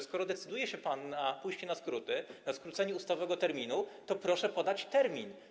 Skoro decyduje się pan na pójście na skróty, na skrócenie ustawowego terminu, to proszę podać termin.